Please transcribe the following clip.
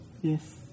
Yes